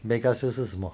mega sales 是什么